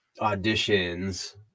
auditions